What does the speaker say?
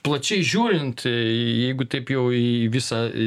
plačiai žiūrint jeigu taip jau į visą